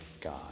God